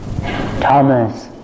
Thomas